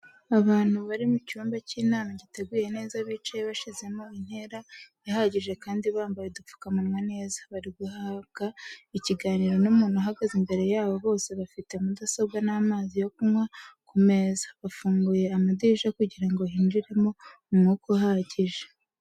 Abantu bari mu cyumba cy'inama giteguye neza bicaye bashyizemo intera ihagije kandi bambaye udupfukamunwa neza, bari guhabwa ikiganiro n'umuntu uhagaze imbere yabo, bose bafite mudasobwa n'amazi yo kunywa ku meza, bafunguye amadirishya kugira ngo hinjiremo umwuka uhagije.